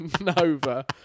Nova